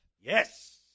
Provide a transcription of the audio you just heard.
Yes